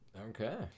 Okay